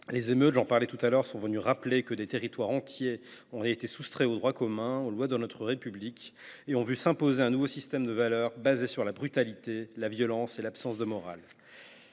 Les émeutes, j’en parlais tout à l’heure, sont venues rappeler que des territoires entiers ont été soustraits au droit commun, aux lois de notre République. Ceux-ci ont vu s’imposer un nouveau système de valeurs fondé sur la brutalité, la violence et l’absence de morale.